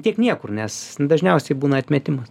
tiek niekur nes dažniausiai būna atmetimas